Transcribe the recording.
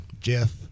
Jeff